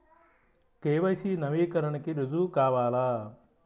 KYC నవీకరణకి రుజువు కావాలా?